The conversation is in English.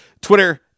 Twitter